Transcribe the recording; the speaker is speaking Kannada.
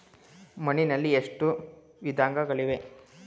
ಮಣ್ಣಿನಲ್ಲಿ ಎಷ್ಟು ವಿಧಗಳಿವೆ?